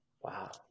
Wow